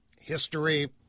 history